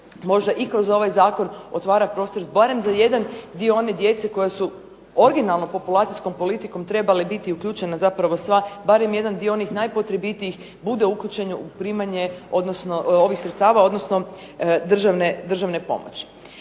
možda i kroz ovaj Zakon otvara prostor barem za jedan dio one djece koja su originalnom populacijskom politikom trebale biti uključena zapravo sva barem jedan dio onih najpotrebitijih bude uključen u primanje ovih sredstava odnosno državne pomoći.